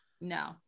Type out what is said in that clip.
No